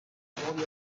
nuovi